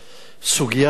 הסוגיה הזאת